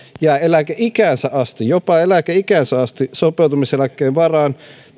jää eläkeikäänsä asti jopa eläkeikäänsä asti sopeutumiseläkkeen varaan